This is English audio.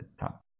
top